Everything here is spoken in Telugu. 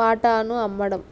వాటాను అమ్మడం